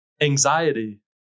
anxiety